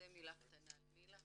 זו מילה קטנה על מיל"ה.